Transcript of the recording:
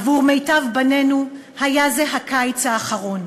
עבור מיטב בנינו היה זה הקיץ האחרון.